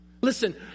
Listen